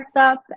up